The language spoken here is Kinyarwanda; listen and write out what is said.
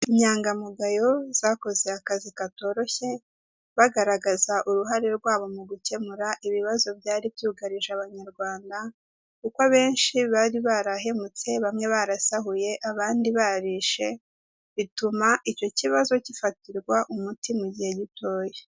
Inyangamugayo zakoze akazi katoroshye, bagaragaza uruhare rwabo mu gukemura ibibazo byari byugarije abanyarwanda, kuko abenshi bari barahemutse, bamwe barasahuye, abandi barishe, bituma icyo kibazo gifatirwa umuti mu gihe gitoya.